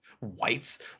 whites